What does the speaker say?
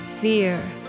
Fear